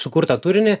sukurtą turinį